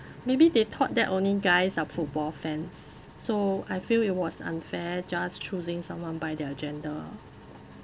maybe they thought that only guys are football fans so I feel it was unfair just choosing someone by their gender